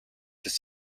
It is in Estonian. sest